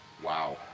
Wow